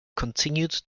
continued